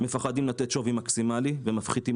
פוחדים לתת שווי מקסימלי ונותנים